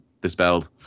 dispelled